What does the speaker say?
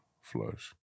flush